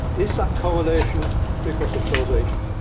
is that correlation because of causation?